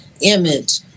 image